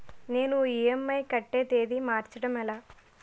నేను ఇ.ఎం.ఐ కట్టే తేదీ మార్చడం ఎలా?